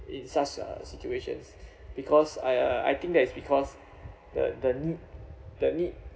in such a situations because I uh I think that is because the the need the need